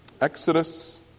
Exodus